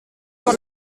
dans